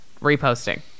reposting